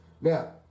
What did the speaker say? Now